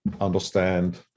understand